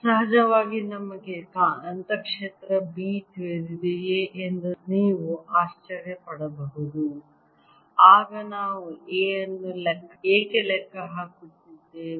ಸಹಜವಾಗಿ ನಮಗೆ ಕಾಂತಕ್ಷೇತ್ರ B ತಿಳಿದಿದೆಯೇ ಎಂದು ನೀವು ಆಶ್ಚರ್ಯ ಪಡಬಹುದು ಆಗ ನಾವು A ಅನ್ನು ಏಕೆ ಲೆಕ್ಕ ಹಾಕುತ್ತಿದ್ದೇವೆ